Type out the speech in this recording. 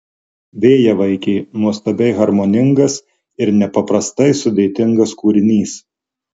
vėjavaikė nuostabiai harmoningas ir nepaprastai sudėtingas kūrinys